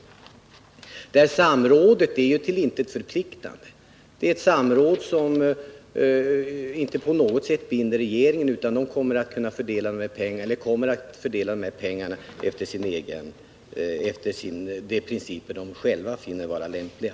Samrådet med riksdagspartierna är till intet förpliktande. Det binder inte på något sätt regeringen, utan den kommer att fördela pengarna efter de principer den själv finner vara lämpliga.